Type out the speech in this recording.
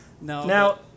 Now